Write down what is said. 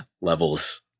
levels